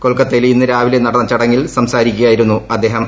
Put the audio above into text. കൊൽക്കത്തയിൽ ഇന്ന് രാവിലെ നടന്ന ചടങ്ങിൽ സംസാരിക്കുകയായിരുന്നു അദ്ദേഹം